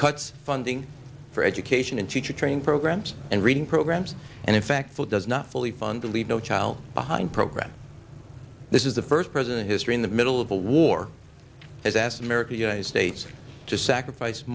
cuts funding for education and teacher training programs and reading programs and in fact food does not fully fund the leave no child behind program this is the first president history in the middle of a war has asked america united states to sacrifice